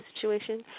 situation